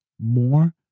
more